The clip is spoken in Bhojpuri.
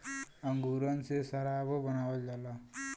अंगूरन से सराबो बनावल जाला